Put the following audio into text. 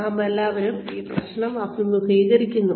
നാമെല്ലാവരും ഈ പ്രശ്നം അഭിമുഖീകരിക്കുന്നു